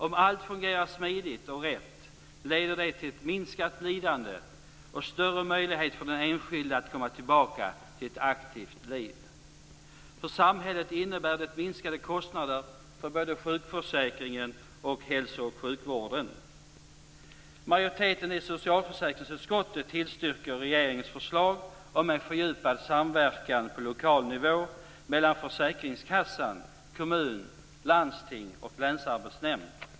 Om allt fungerar smidigt och rätt, leder det till ett minskat lidande och till större möjlighet för den enskilde att komma tillbaka till ett aktivt liv. För samhället innebär det minskade kostnader för både sjukförsäkringen och hälso och sjukvården. Majoriteten i socialförsäkringsutskottet tillstyrker regeringens förslag om en fördjupad samverkan på lokal nivå mellan försäkringskassa, kommun, landsting och länsarbetsnämnd.